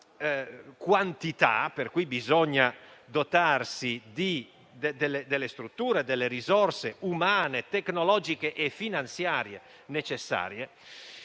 della quantità, per cui bisogna dotarsi delle strutture, delle risorse umane, tecnologiche e finanziarie necessarie,